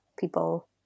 People